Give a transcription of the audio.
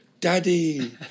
Daddy